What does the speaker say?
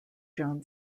john